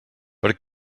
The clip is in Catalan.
per